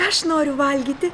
aš noriu valgyti